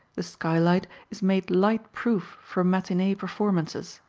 the skylight is made light-proof for matinee performances.